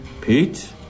Pete